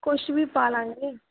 ਕੁਛ ਵੀ ਪਾ ਲਵਾਂਗੇ